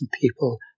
people